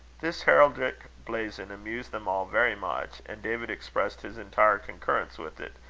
this heraldic blazon amused them all very much, and david expressed his entire concurrence with it,